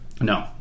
No